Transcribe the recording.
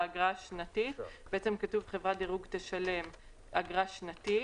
באגרה השנתית בעצם כתוב: חברת דירוג אגרה שנתית